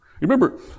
Remember